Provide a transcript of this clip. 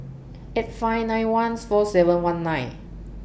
eight five nine one four seven one nine